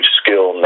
skill